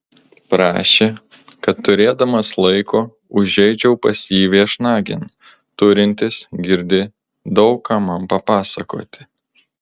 prašė kad turėdamas laiko užeičiau pas jį viešnagėn turintis girdi daug ką man papasakoti